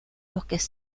bosques